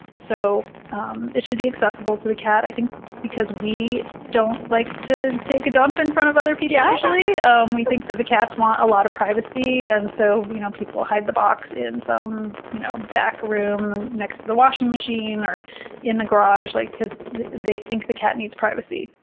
so um it should be accessible to the cat. i think because we don't like to take a dump in front of other people, usually, and we think that the cats want a lot of privacy. and so you know people hide the box in some you know back room next to the washing machine, or in the garage like because they think the cat needs privacy.